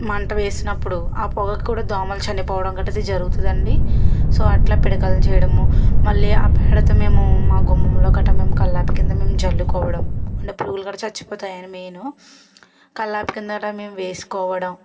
మంట వేసినప్పుడు ఆ పొగ కూడా దోమలు చనిపోవడం దోమల కట్ట జరుగుతుందండి సో అట్లా పిడకలు చేయడము మళ్ళీ ఆ పేడతో మేము మా గుమ్మంలో కట్ట మేము కల్లాపి కింద మేము జల్లు కోవడం అంటే పురుగులు కూడా చచ్చిపోతాయి అండి మెయిన్ కల్లాపు కింద మేము వేసుకోవడం